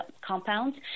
compounds